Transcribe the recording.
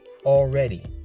already